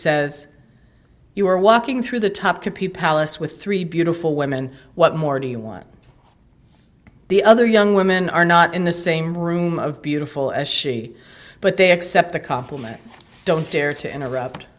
says you were walking through the top to pee palace with three beautiful women what more do you want the other young women are not in the same room of beautiful as she but they accept the compliment don't dare to interrupt